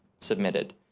submitted